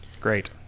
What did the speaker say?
Great